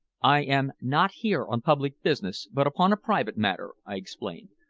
i am not here on public business, but upon a private matter, i explained.